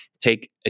take